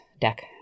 deck